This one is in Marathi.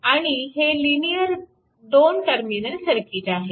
आणि हे लिनिअर 2 टर्मिनल सर्किट आहे